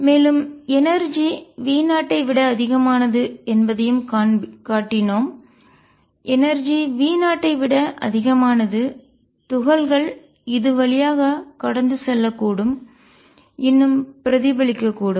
மேலும் எனர்ஜி ஆற்றல் V0 ஐ விட அதிகமானது என்பதையும் காட்டினோம் எனர்ஜி ஆற்றல் V0 ஐ விட அதிகமானது துகள்கள் இது வழியாக கடந்து செல்லக்கூடும் இன்னும் பிரதிபலிக்கக்கூடும்